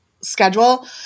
schedule